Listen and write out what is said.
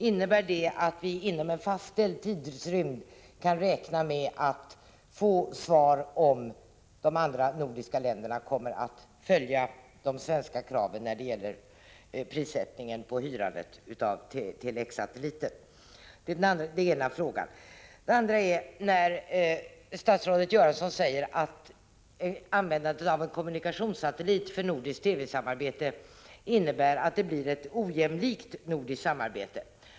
Innebär det att vi inom en fastställd tidsrymd kan räkna med att få besked om huruvida de andra nordiska länderna kommer att följa de svenska kraven när det gäller prissättningen på hyrandet av Tele-X-satelliten? Statsrådet Göransson säger att användandet av en kommunikationssatellit för nordiskt TV-samarbete blir ett ojämlikt nordiskt samarbete.